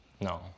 No